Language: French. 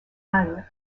anne